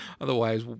Otherwise